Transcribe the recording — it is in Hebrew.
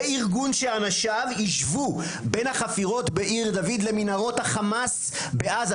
זה ארגון שאנשים השוו בין החפירות בעיר דוד למנהרות החמאס בעזה,